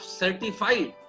certified